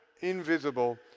invisible